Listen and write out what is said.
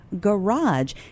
garage